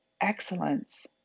Excellence